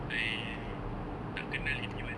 I tak kenal anyone